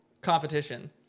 competition